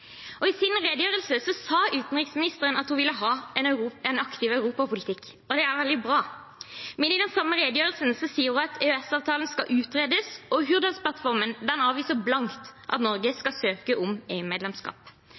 I sin redegjørelse sa utenriksministeren at hun ville ha en aktiv europapolitikk, og det er veldig bra. Men i den samme redegjørelsen sa hun at EØS-avtalen skal utredes, og Hurdalsplattformen avviser blankt at Norge